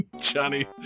Johnny